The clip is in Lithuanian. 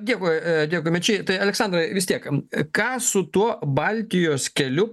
dėkui dėkui mečy tai aleksandrai vis tiek ką su tuo baltijos keliu